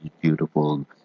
beautiful